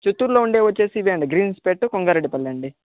చిత్తూరులో ఉండేవి వచ్చేసి ఇవే అండి గ్రిమ్స్పేట్ కొంగారెడ్డి పల్లి అండి